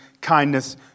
kindness